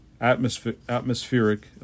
atmospheric